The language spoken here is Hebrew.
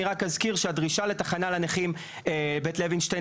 אני רק אזכיר שהדרישה לתחנה לנכים בית לווינשטיין